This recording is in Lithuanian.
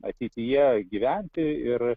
ateityje gyventi ir